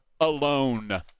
alone